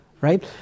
right